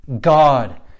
God